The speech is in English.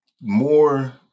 more